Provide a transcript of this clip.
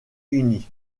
unis